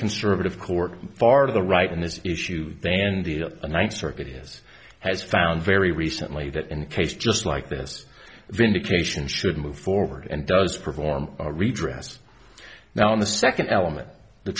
conservative court far to the right on this issue they and the ninth circuit has has found very recently that in the case just like this vindication should move forward and does perform redress now in the second element the